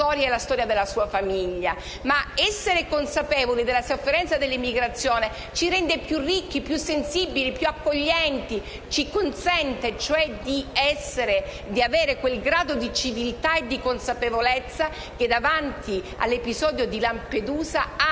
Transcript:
sua storia e la storia della sua famiglia. Essere consapevoli della sofferenza che provoca l'emigrazione ci rende più ricchi, più sensibili, più accoglienti. Ci consente, cioè, di avere quel grado di civiltà e di consapevolezza che, davanti all'episodio di Lampedusa,